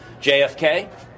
JFK